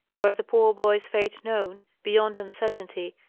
were the poor boy's fate known, beyond uncertainty,